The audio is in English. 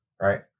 right